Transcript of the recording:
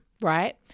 right